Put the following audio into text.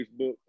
Facebook